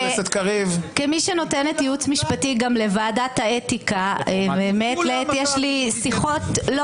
כמי שנותנת ייעוץ משפטי גם לוועדת האתיקה מעת לעת יש לי שיחות לא